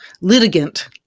litigant